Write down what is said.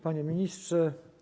Panie Ministrze!